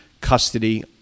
custody